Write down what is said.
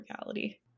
reality